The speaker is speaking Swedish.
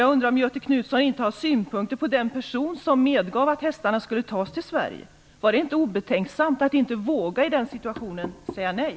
Jag undrar om inte Göthe Knutson har synpunkter när det gäller den person som medgav att hästarna skulle tas in i Sverige. Var det inte obetänksamt att inte våga säga nej i den situationen?